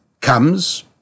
comes